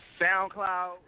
SoundCloud